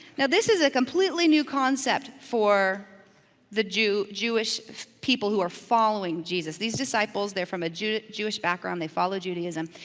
now this is a completely new concept for the jewish jewish people who are following jesus. these disciples, they're from a jewish background, they follow judaism,